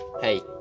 Hey